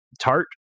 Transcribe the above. tart